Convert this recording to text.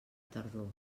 tardor